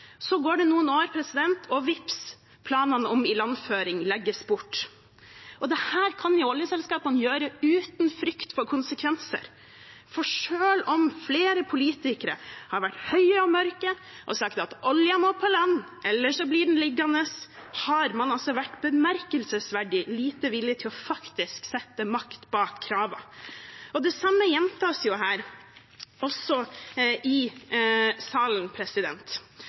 Så går det noen år, og vips – planene om ilandføring legges bort. Og dette kan oljeselskapene gjøre uten frykt for konsekvenser, for selv om flere politikere har vært høye og mørke og sagt at oljen må på land, ellers blir den liggende, har man vært bemerkelsesverdig lite villig til faktisk å sette makt bak kravene. Det samme gjentas her i salen: